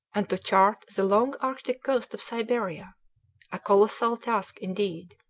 and to chart the long arctic coast of siberia a colossal task indeed.